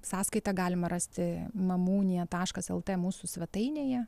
sąskaitą galima rasti mamūnija taškas lt mūsų svetainėje